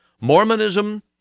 Mormonism